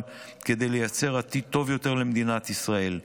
כדי לייצר עתיד טוב יותר למדינת ישראל.